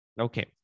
Okay